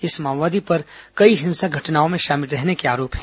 इस माओवादी पर कई हिंसक घटनाओं में शामिल रहने को आरोप है